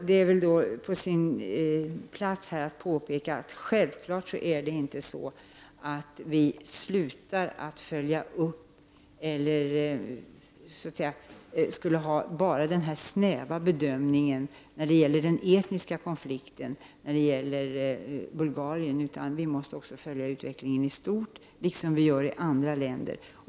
Det är här på sin plats att påpeka att det självfallet inte är så att vi enbart gör denna snäva bedömning av den etniska konflikten i Bulgarien, utan vi måste även följa utvecklingen i stort, på samma sätt som vi gör i fråga om andra länder.